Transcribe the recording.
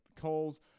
calls